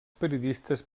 periodistes